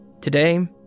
Today